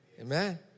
Amen